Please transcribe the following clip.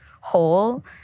whole